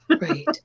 Right